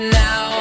now